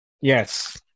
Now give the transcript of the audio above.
Yes